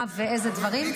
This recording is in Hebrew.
מה ואיזה דברים.